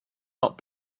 not